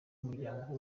umuryango